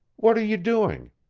what are you doing?